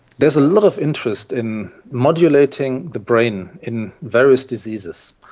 there's a lot of interest in modulating the brain in various diseases.